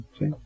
See